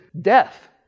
death